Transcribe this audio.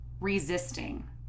resisting